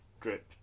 drip